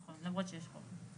נכון, למרות שיש חוק.